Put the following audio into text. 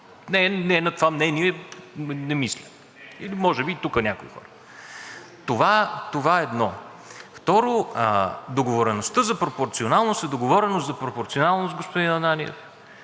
не е на това мнение, не мисля, или може би тук някои хора. Това едно. Второ, договореността за пропорционалност е договореност за пропорционалност, господин Ананиев.